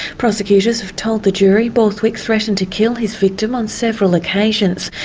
prosecutors have told the jury borthwick threatened to kill his victim on several occasions.